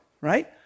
Right